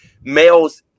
Males